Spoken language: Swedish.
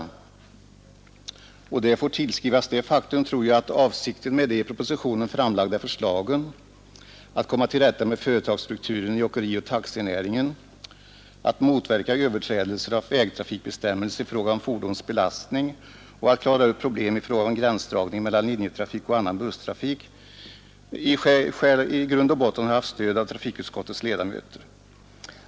Detta får väl tillskrivas det faktum att avsikten med de i propositionen framlagda förslagen — att komma till rätta med företagsstrukturen i åkerioch taxinäringen, att motverka överträdelser av vägtrafikbestämmelser i fråga om fordons belastning och att klara upp problem i fråga om gränsdragningen mellan linjetrafik och annan busstrafik — har haft stöd av trafikutskottets ledamöter.